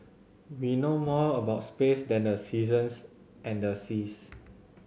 we know more about space than the seasons and the seas